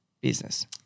business